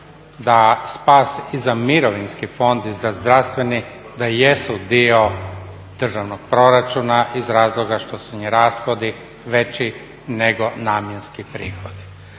da spas i za Mirovinski fond i za zdravstveni da jesu dio državnog proračuna iz razloga što su im rashodi veći nego namjenski prihodi.